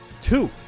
Two